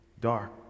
dark